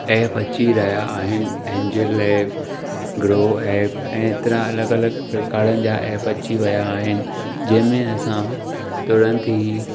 app अची रहिया आहिनि एंजिल ऐप ग्रो ऐप ऐं एतिरा अलॻ अलॻ प्रकारनि जा ऐप अची विया आहिनि जंहिंमें असां तुरंत ई